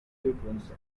difference